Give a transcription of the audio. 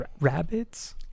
Rabbits